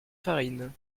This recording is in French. farine